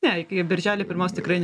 ne iki birželio pirmos tikrai ne